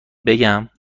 بگم